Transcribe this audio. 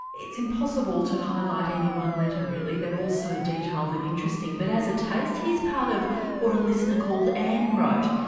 it's impossible to highlight any one letter, really, they are all so detailed and interesting but, as a taste, here's part of what a listener called anne wrote.